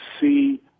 see